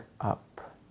up